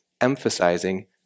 emphasizing